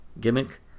gimmick